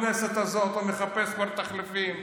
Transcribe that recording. גם בכנסת הזאת הוא מחפש כבר תחליפים,